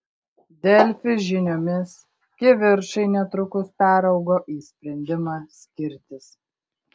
delfi žiniomis kivirčai netrukus peraugo į sprendimą skirtis